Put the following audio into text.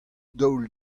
daol